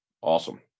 Awesome